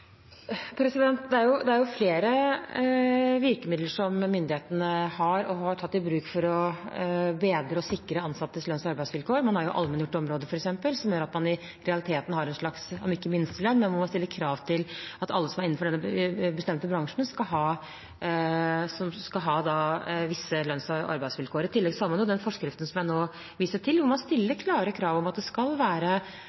Det er flere virkemidler myndighetene har og har tatt i bruk for å bedre og sikre ansattes lønns- og arbeidsvilkår. Man har f.eks. allmenngjorte områder, som gjør at man i realiteten har, om ikke minstelønn, så i hvert fall krav til at alle som er innenfor bestemte bransjer, skal ha visse lønns- og arbeidsvilkår. I tillegg har man den forskriften jeg viste til, hvor man